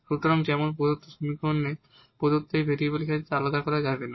সুতরাং যেমন প্রদত্ত সমীকরণে প্রদত্ত এই ভেরিয়েবলের ক্ষেত্রে আলাদা করা যাবে না